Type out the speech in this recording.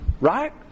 Right